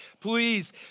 Please